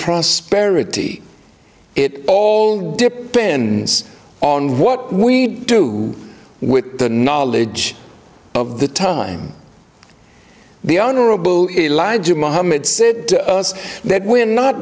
prosperity it all depends on what we do with the knowledge of the time the honorable elijah muhammad said to us that we're not